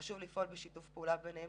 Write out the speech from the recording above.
חשוב לפעול בשיתוף פעולה ביניהם,